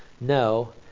no